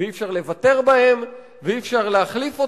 ואי-אפשר לוותר בהם, ואי-אפשר להחליף אותם,